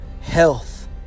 health